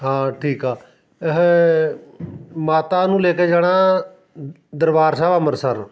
ਹਾਂ ਠੀਕ ਆ ਇਹ ਮਾਤਾ ਨੂੰ ਲੈ ਕੇ ਜਾਣਾ ਦਰਬਾਰ ਸਾਹਿਬ ਅੰਮ੍ਰਿਤਸਰ